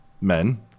men